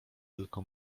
tylko